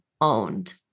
owned